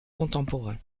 contemporain